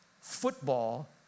football